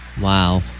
Wow